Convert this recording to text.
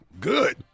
Good